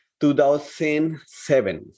2007